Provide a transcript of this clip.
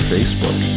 Facebook